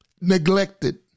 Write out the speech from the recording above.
neglected